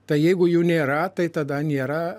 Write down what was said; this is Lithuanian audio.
tai jeigu jų nėra tai tada nėra